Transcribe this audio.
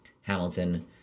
Hamilton